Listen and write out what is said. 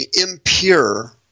impure